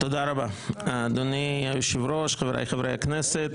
תודה רבה, אדוני היושב-ראש, חברי חבריי הכנסת.